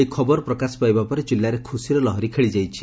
ଏହି ଖବର ପ୍ରକାଶ ପାଇବା ପରେ ଜିଲ୍ଲାରେ ଖୁସିର ଲହରୀ ଖେଳିଯାଇଛି